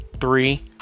three